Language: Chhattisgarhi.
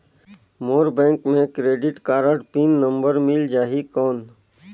मोर बैंक मे क्रेडिट कारड पिन नंबर मिल जाहि कौन?